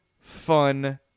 fun